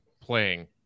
playing